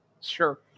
Sure